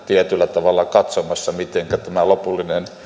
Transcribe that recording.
tietyllä tavalla eturivissä katsomassa mitenkä tämä lopullinen